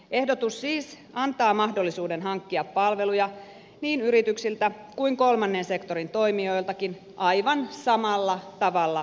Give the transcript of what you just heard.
ehdotus siis antaa mahdollisuuden hankkia palveluja niin yrityksiltä kuin kolmannen sektorin toimijoiltakin aivan samalla tavalla kuin nykyisinkin